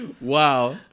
wow